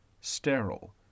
sterile